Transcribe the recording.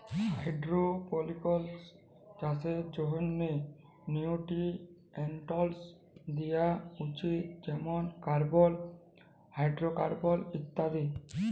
hydroponics চাষের জ্যনহে nutrients দিয়া উচিত যেমল কার্বল, হাইডোরোকার্বল ইত্যাদি